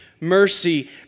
mercy